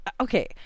Okay